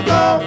go